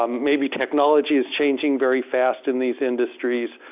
um maybe technology is changing very fast in these industries.